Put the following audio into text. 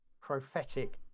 prophetic